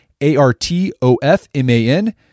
A-R-T-O-F-M-A-N